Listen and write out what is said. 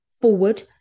forward